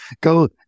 go